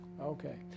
Okay